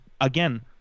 again